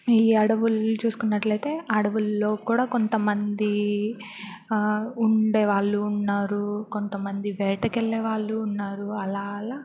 ఈ అడవులు చూసుకున్నట్లయితే అడవుల్లో కూడా కొంతమంది ఉండేవాళ్ళు ఉన్నారు కొంతమంది వేటకెళ్ళే వాళ్ళు ఉన్నారు అలా అలా